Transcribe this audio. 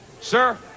Sir